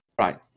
Right